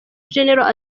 general